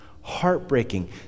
Heartbreaking